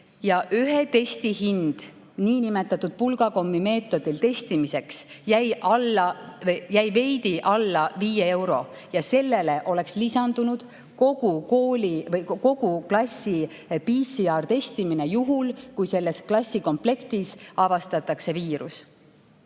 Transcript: Ja ühe testi hind niinimetatud pulgakommimeetodil testimiseks jäi veidi alla viie euro ja sellele oleks lisandunud kogu klassi PCR-testimine juhul, kui selles klassikomplektis avastatakse